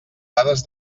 dades